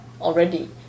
already